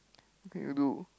what can you do